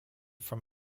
from